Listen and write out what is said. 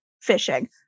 fishing